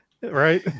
Right